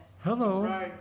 Hello